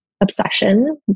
obsession